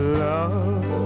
love